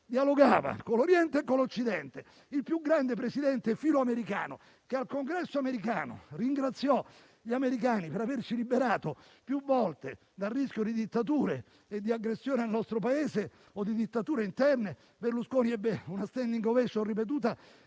dialogava con l'Oriente e con l'Occidente. Il più grande Presidente filoamericano, che al Congresso americano ringraziò gli americani per aver liberato il nostro Paese più volte dal rischio di dittature e di aggressioni o di dittature interne, Berlusconi ebbe una *standing ovation* ripetuta